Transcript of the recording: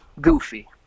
goofy